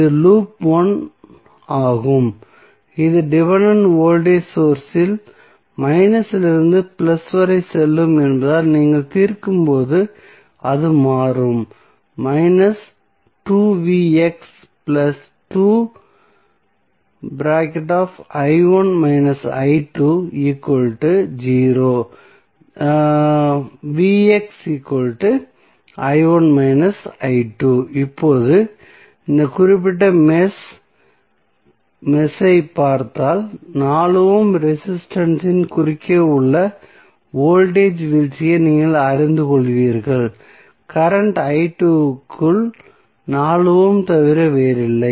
இது லூப் 1 ஆகும் இது டிபென்டென்ட் வோல்டேஜ் சோர்ஸ் இல் மைனஸிலிருந்து பிளஸ் வரை செல்லும் என்பதால் நீங்கள் தீர்க்கும்போது அது மாறும் இப்போது இந்த குறிப்பிட்ட மெஷ் ஐ பார்த்தால் 4 ஓம் ரெசிஸ்டன்ஸ் இன் குறுக்கே உள்ள வோல்டேஜ் வீழ்ச்சியை நீங்கள் அறிந்து கொள்வீர்கள் கரண்ட் க்குள் 4 ஓம் தவிர வேறில்லை